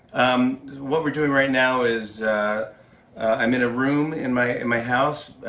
um what we're doing right now is i'm in a room in my and my house.